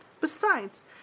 Besides